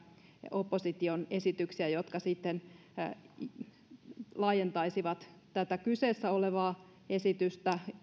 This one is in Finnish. opposition esityksiä jotka laajentaisivat tätä kyseessä olevaa esitystä